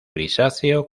grisáceo